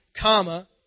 comma